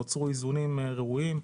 נוצרו איזונים ראויים.